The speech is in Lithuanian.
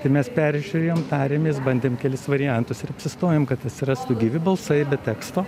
tai mes peržiūrėjom tarėmės bandėm kelis variantus ir apsistojom kad atsirastų gyvi balsai be teksto